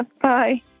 Bye